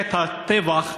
את הטבח,